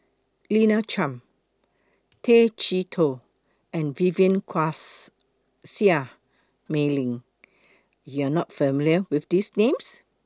Lina Chiam Tay Chee Toh and Vivien Quahe Seah Mei Lin YOU Are not familiar with These Names